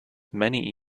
many